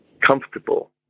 comfortable